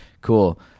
cool